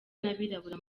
n’abirabura